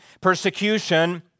persecution